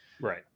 Right